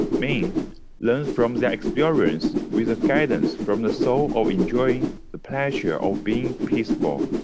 men learns from their experience with the guidance from the soul of enjoying, the pleasure of being peaceful.